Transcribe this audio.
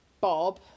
Bob